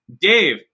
Dave